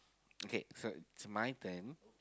okay so it's my turn